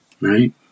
right